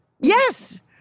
Yes